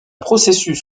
processus